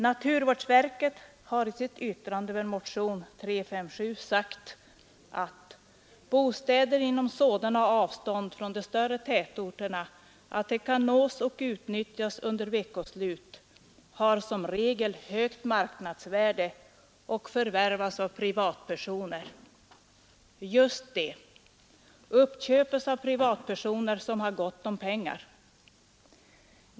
Naturvårdsverket har i sitt yttrande över motionen 357 sagt: ”Bostäder inom sådana avstånd från de större tätorterna att de kan nås och utnyttjas under veckoslut har som regel högt marknadsvärde och förvärvas av privatpersoner.” Just det! De uppköps av privatpersoner som har gott om pengar.